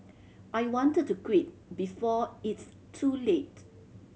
I wanted to quit before it's too late